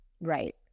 Right